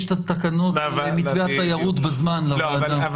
את התקנות למתווה התיירות בזמן לוועדה.